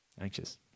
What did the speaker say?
anxious